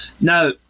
now